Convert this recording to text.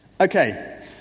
Okay